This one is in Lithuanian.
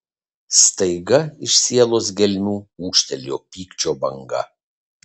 staiga iš sielos gelmių ūžtelėjo pykčio banga